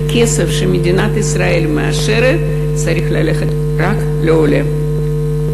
כסף שמדינת ישראל מאשרת צריך ללכת רק לעולה.